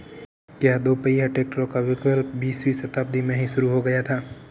क्या दोपहिया ट्रैक्टरों का विकास बीसवीं शताब्दी में ही शुरु हो गया था?